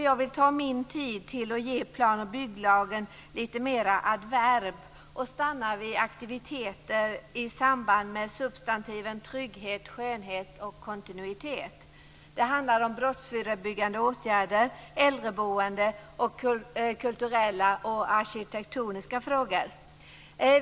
Jag vill ta min tid till att ge plan och bygglagen lite mera adverb och stanna vid aktiviteter i samband med substantiven trygghet, skönhet och kontinuitet. Det handlar om brottsförebyggande åtgärder, äldreboende och kulturella och arkitektoniska frågor.